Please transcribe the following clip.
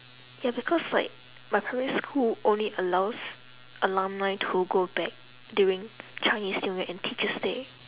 ya because like my primary school only allows alumni to go back during chinese new year and teachers' day